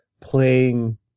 playing